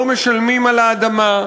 לא משלמים על האדמה,